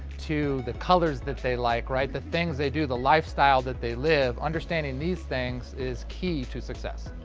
to the colors that they like, right, the things they do, the lifestyle that they live, understanding these things is key to success.